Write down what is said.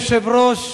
אדוני היושב-ראש,